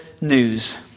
news